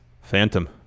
Phantom